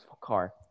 car